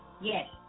Yes